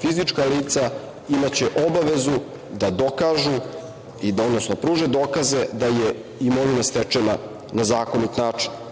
fizička lica imaće obavezu da dokažu, odnosno da pruže dokaze da je imovina stečena na zakonit način. Da